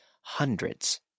hundreds